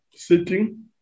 Sitting